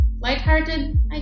lighthearted